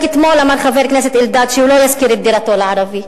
רק אתמול אמר חבר הכנסת אלדד שהוא לא ישכיר את דירתו לערבי,